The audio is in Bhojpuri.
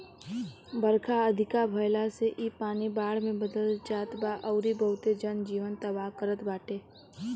बरखा अधिका भयला से इ पानी बाढ़ में बदल जात बा अउरी बहुते जन जीवन तबाह करत बाटे